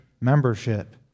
membership